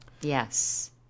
Yes